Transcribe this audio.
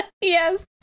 Yes